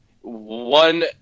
one